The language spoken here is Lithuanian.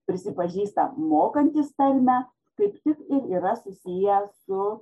prisipažįsta mokantys tarmę kaip tik ir yra susiję su